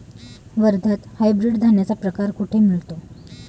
वर्ध्यात हायब्रिड धान्याचा प्रकार कुठे मिळतो?